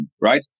right